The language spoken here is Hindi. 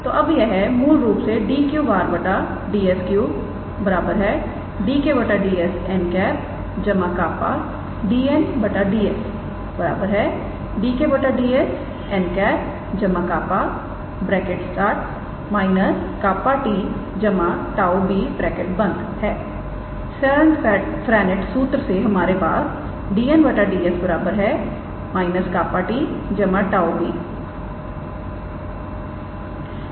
तो अब यह मूल रूप से 𝑑 3𝑟 𝑑𝑠 3 𝑑𝑘 𝑑𝑠 𝑛̂ 𝜅 𝑑𝑛̂ 𝑑𝑠 𝑑𝑘 𝑑𝑠 𝑛̂ 𝜅−𝜅𝑡̂ 𝜁𝑏̂ है सेरिट फ्रेंनेट सूत्र से हमारे पास 𝑑𝑛̂𝑑𝑠 −𝜅𝑡̂ 𝜁𝑏̂ यह है